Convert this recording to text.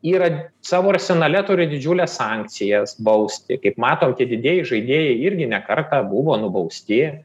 yra savo arsenale turi didžiules sankcijas bausti kaip matom tie didieji žaidėjai irgi ne kartą buvo nubausti